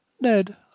Ned